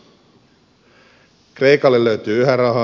kreikalle löytyy yhä rahaa